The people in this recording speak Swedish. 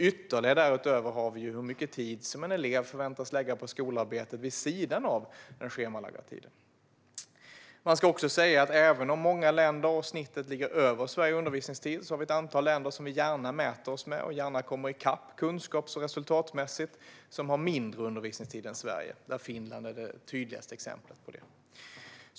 Ytterligare därutöver har vi hur mycket tid en elev förväntas lägga på skolarbetet vid sidan av den schemalagda tiden. Man ska också säga att även om många länder, liksom snittet, ligger över Sverige i undervisningstid finns det ett antal länder som vi gärna mäter oss med och gärna kommer ikapp kunskaps och resultatmässigt och som har mindre undervisningstid än Sverige. Finland är det tydligaste exemplet på det.